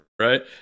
right